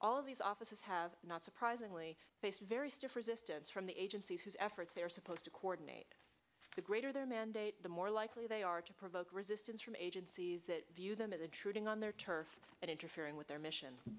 all of these offices have not surprisingly face very stiff resistance from the agencies whose efforts they are supposed to coordinate the greater their mandate the more likely they are to provoke resistance from agencies that view them as the true thing on their turf and interfering with their mission